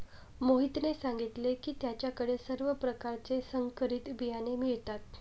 मोहितने सांगितले की त्याच्या कडे सर्व प्रकारचे संकरित बियाणे मिळतात